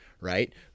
Right